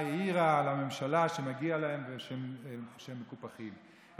האירה על הממשלה שמגיע להם ושהם מקופחים,